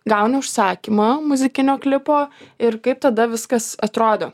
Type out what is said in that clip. gauni užsakymą muzikinio klipo ir kaip tada viskas atrodo